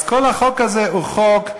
אז כל החוק הזה הוא חוק,